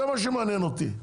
זה מה שמעניין אותי.